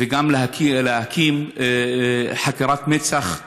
וגם להקים חקירת מצ"ח,